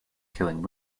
killing